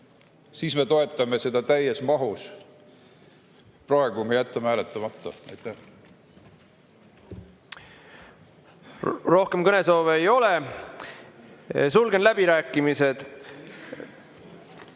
siis me toetame seda täies mahus. Praegu me jätame hääletamata. Aitäh! Rohkem kõnesoove ei ole. Sulgen läbirääkimised.